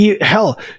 hell